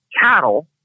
Cattle